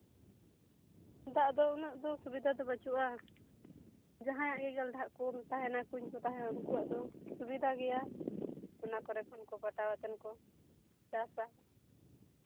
ᱫᱟᱜ ᱫᱚ ᱩᱱᱟᱹᱜ ᱫᱚ ᱥᱩᱵᱤᱫᱟ ᱫᱚ ᱵᱟᱹᱪᱩᱜᱼᱟ ᱡᱟᱦᱟᱸᱭᱟᱜ ᱜᱮ ᱜᱟᱞᱰᱷᱟᱜ ᱠᱚ ᱛᱟᱦᱮᱱᱟ ᱠᱩᱧ ᱠᱚ ᱛᱟᱦᱮᱱᱟ ᱩᱱᱠᱩᱣᱟᱜ ᱫᱚ ᱥᱩᱵᱤᱫᱷᱟ ᱜᱮᱭᱟ ᱚᱱᱟ ᱠᱚᱨᱮ ᱠᱷᱚᱱ ᱠᱚ ᱯᱟᱴᱟᱣᱟ ᱟᱫᱮᱱ ᱠᱚ ᱪᱟᱥᱟ